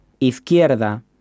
Izquierda